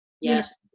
Yes